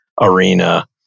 arena